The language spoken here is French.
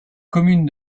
commune